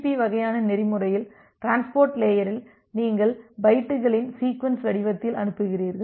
B வகையான நெறிமுறையில் transport லேயரில் நீங்கள் பைட்டுகளின் சீக்வென்ஸ் வடிவத்தில் அனுப்புகிறீர்கள்